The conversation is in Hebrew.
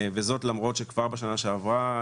זאת למרות שכבר בשנה שעברה